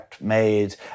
made